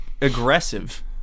aggressive